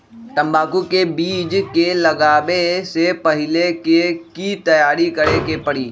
तंबाकू के बीज के लगाबे से पहिले के की तैयारी करे के परी?